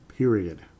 period